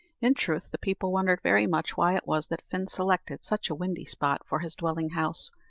in truth, the people wondered very much why it was that fin selected such a windy spot for his dwelling-house,